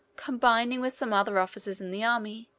combining with some other officers in the army,